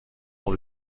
dans